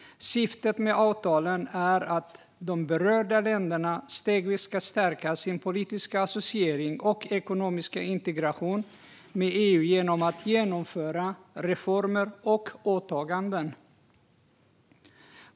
Syftet med avtalen är att de berörda länderna stegvis ska stärka sin politiska associering och ekonomiska integration med EU genom att genomföra reformer och åtaganden.